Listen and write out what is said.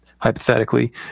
hypothetically